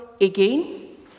again